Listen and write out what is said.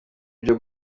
byo